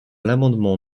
l’amendement